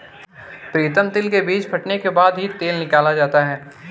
प्रीतम तिल के बीज फटने के बाद ही तेल निकाला जाता है